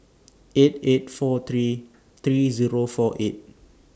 eight eight four three three Zero four eight